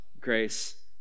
grace